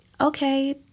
Okay